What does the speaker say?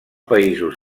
països